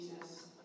Jesus